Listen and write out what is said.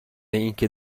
اینکه